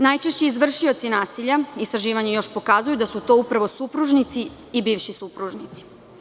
Najčešći izvršioci nasilja, istraživanja još pokazuju, da su to upravo supružnici i bivši supružnici.